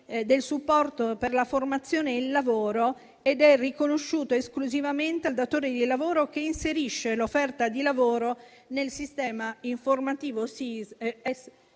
del supporto per la formazione e il lavoro ed è riconosciuto esclusivamente al datore di lavoro che inserisce l'offerta di lavoro nel sistema informativo SISL,